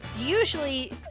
usually